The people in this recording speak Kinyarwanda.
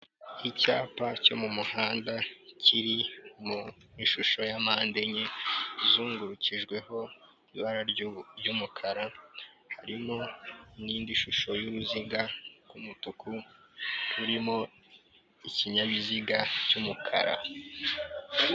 Icyapa cyo mu muhanda kiri mu ishusho ya mpande enye izungurukijweho ibara ry'umukara, harimo n'indi shusho y'uruziga rw'umutuku rurimo ikinyabiziga cy'umukara.